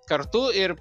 kartu ir